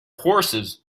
horses